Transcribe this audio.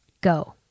Go